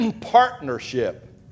partnership